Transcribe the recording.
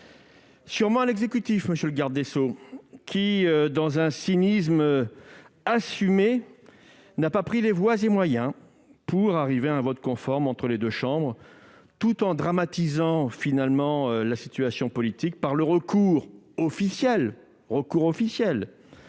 Sûrement à l'exécutif, monsieur le garde des sceaux, qui, avec un cynisme assumé, n'a pas pris les voies et moyens pour parvenir à un vote conforme entre les deux chambres en dramatisant la situation politique par le recours, officiellement,